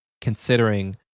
considering